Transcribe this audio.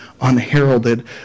unheralded